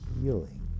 healing